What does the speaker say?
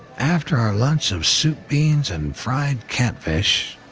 after our lunch of soup beans and fried catfish,